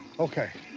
okay.